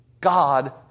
God